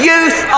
Youth